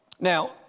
Now